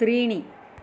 त्रीणि